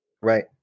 Right